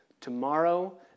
tomorrow